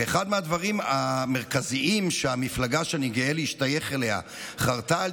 ואחד מהדברים המרכזיים שהמפלגה שאני גאה להשתייך אליה חרתה על